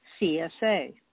CSA